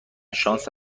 شانس